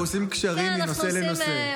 אנחנו עושים קשרים מנושא לנושא.